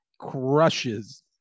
crushes